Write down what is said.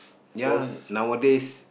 ya nowadays